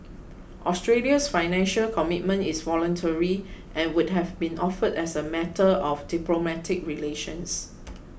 Australia's Financial Commitment is voluntary and would have been offered as a matter of diplomatic relations